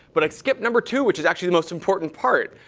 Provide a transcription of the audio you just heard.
but i skipped number two, which is actually the most important part,